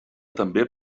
també